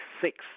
six